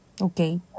Okay